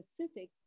specific